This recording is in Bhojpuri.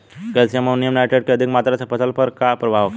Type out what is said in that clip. कैल्शियम अमोनियम नाइट्रेट के अधिक मात्रा से फसल पर का प्रभाव होखेला?